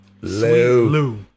Lou